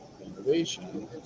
innovation